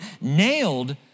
nailed